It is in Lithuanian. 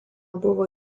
buvo